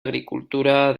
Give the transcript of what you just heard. agricultura